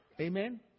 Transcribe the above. Amen